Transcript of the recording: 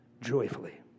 joyfully